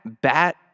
bat